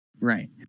Right